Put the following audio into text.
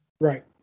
Right